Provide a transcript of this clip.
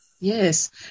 Yes